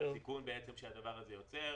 הסיכון שהדבר הזה יוצר.